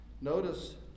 Notice